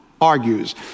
argues